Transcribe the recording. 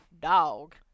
dog